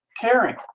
caring